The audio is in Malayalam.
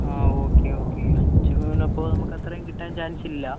ആ ഓക്കെ ഓക്കെ അഞ്ച് പവന് അപ്പം നമുക്ക് അത്രയും കിട്ടാൻ ചാൻസ് ഇല്ല